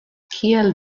kiel